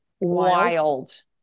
wild